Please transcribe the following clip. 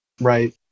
right